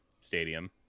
Stadium